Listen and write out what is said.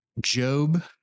job